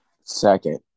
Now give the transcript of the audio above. Second